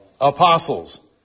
apostles